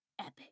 epic